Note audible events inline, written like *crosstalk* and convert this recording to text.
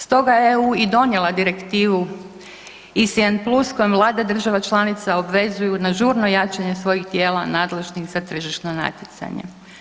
Stoga je i donijela direktivu ... *unintelligible* plus kojom vlada država članica obvezuju na žurno jačanje svojih djela nadležnih za tržišno natjecanje.